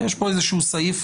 יש כאן איזשהו סעיף